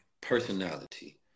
personality